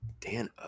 Dan